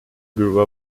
grew